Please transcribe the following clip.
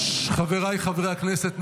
חבריי חברי הכנסת,